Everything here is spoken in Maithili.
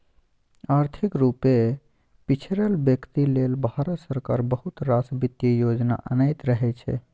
आर्थिक रुपे पिछरल बेकती लेल भारत सरकार बहुत रास बित्तीय योजना अनैत रहै छै